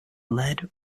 lead